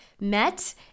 met